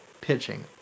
pitching